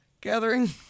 gathering